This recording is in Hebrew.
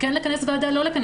כן לכנס ועדה או לא.